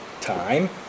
time